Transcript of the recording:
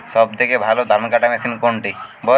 সবথেকে ভালো ধানকাটা মেশিন কোনটি?